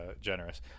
generous